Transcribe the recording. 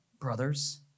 brothers